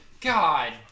God